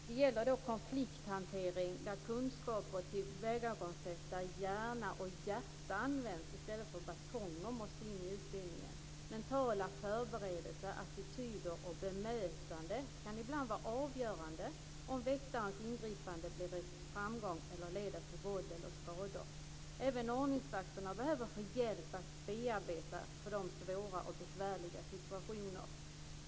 Det gäller att konflikthantering, kunskaper och tillvägagångssätt där hjärna och hjärta används i stället för batonger måste in i utbildningen. Mentala förberedelser, attityder och bemötande kan ibland vara avgörande för om väktarens ingripande blir en framgång eller leder till våld eller skador. Även ordningsvakterna behöver få hjälp att bearbeta för dem svåra och besvärliga situationer.